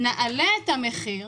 אם נעלה את הפטור,